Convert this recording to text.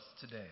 today